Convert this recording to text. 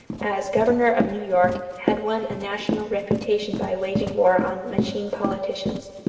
as governor of new york, had won a national reputation by waging war on machine politicians.